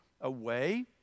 away